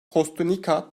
kostunica